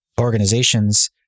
organizations